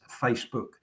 Facebook